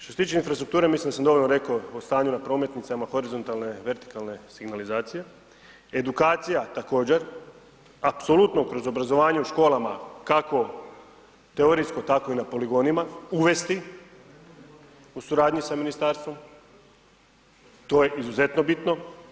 Što se tiče infrastrukture, mislim da sam dobro reko o stanju na prometnicama, horizontalne, vertikalne signalizacije, edukacija također, apsolutno kroz obrazovanje u školama, kako teorijsko tako i na poligonima uvesti u suradnji sa ministarstvom, to je izuzetno bitno.